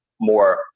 more